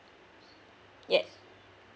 yes